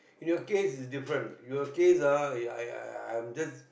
in your case is different your case ah I'm just